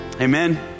Amen